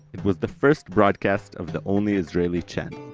it was the first broadcast of the only israeli channel.